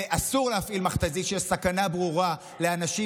ואסור להפעיל מכת"זית כשיש סכנה ברורה לאנשים,